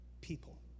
people